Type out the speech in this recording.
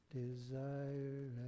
desire